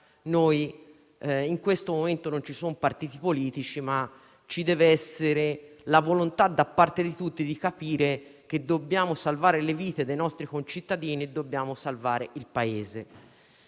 e in questo momento non ci sono partiti politici, ma ci deve essere la volontà da parte di tutti di capire che dobbiamo salvare le vite dei nostri concittadini e dobbiamo salvare il Paese.